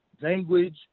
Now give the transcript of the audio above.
language